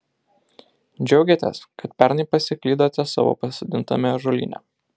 džiaugiatės kad pernai pasiklydote savo pasodintame ąžuolyne